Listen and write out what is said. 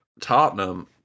Tottenham